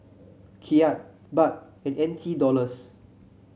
Kyat Baht and N T Dollars